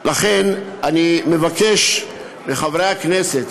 לכן אני מבקש מחברי הכנסת,